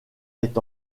est